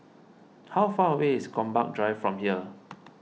how far away is Gombak Drive from here